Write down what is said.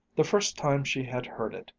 the first time she had heard it,